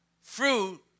fruit